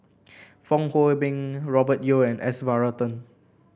Fong Hoe Beng Robert Yeo and S Varathan